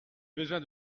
besoin